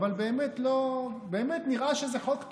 אבל באמת, נראה שזה חוק טוב.